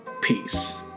Peace